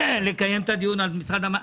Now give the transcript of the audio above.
אנחנו מסכימים לקיים את הדיון על משרד המדע.